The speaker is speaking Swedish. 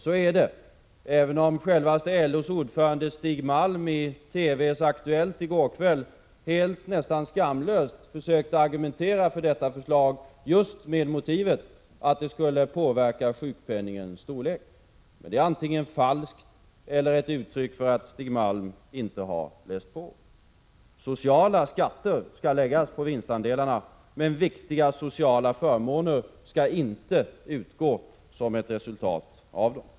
Så är det, även om självaste LO:s ordförande Stig Malm i TV:s Aktuellt i går kväll nästan skamlöst försökte argumentera för detta förslag just med motivet att det skulle påverka sjukpenningens storlek. Det är antingen falskt eller ett uttryck för att Stig Malm inte har läst på. Sociala skatter läggs på vinstandelarna, men sociala förmåner skall inte utgå som ett resultat av dem.